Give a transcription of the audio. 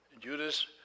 Judas